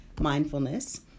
mindfulness